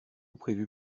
prévue